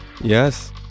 Yes